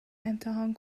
امتحان